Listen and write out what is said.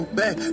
back